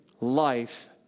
life